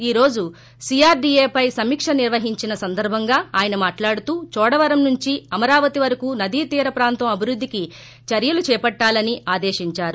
ఈ రోజు సీఆర్దీఏపై సమీక్ష నిర్వహించిన సందర్భంగా ఆయన మాట్లాడుతూ చోడవరం నుంచి అమరావతి వరకు నదీ తీరప్రాంతం అభివృద్ధికి చర్యలు చేపట్లాలని ఆదేశించారు